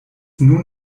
nun